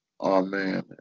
amen